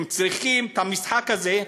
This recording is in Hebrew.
הם צריכים את המשחק הזה.